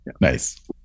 nice